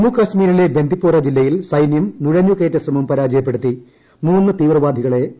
ജമ്മുകശ്മീരിലെ ബന്ദിപ്പോര ്ജില്ലയിൽ സൈനൃം നുഴഞ്ഞു കയറ്റ ശ്രമാപ്പരാജയപ്പെടുത്തി മൂന്ന് തീവ്രവാദികളെ വധിച്ചു